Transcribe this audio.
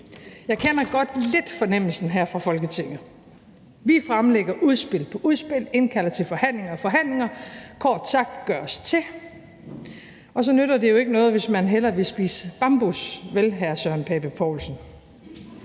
Jeg kender godt lidt fornemmelsen her fra Folketinget: Vi fremlægger udspil på udspil og indkalder til forhandling på forhandling – vi gør os kort sagt til – og så nytter det jo ikke noget, hvis man hellere vil spise bambus, vel, hr. Søren Pape Poulsen?